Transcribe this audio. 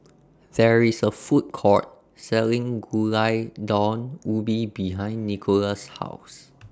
There IS A Food Court Selling Gulai Daun Ubi behind Nicolas' House